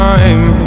Time